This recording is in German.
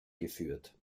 geführt